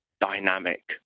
dynamic